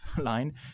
line